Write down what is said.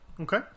Okay